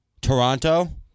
Toronto